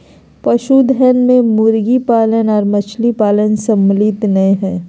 पशुधन मे मुर्गी पालन आर मछली पालन सम्मिलित नै हई